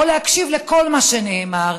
או להקשיב לכל מה שנאמר,